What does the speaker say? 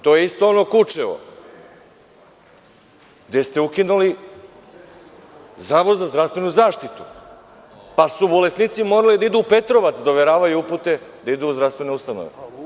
To je isto ono Kučevo gde ste ukinuli Zavod za zdravstvenu zaštitu, pa su bolesnici morali da idu u Petrovac da overavaju upute da idu u zdravstvene ustanove.